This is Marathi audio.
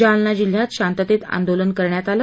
जालना जिल्ह्यात शांततेत आंदोलनं करण्यात आलं